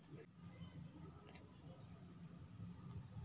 मला प्रधानमंत्री योजनेचा लाभ घेण्यासाठी काय अर्ज करावा लागेल?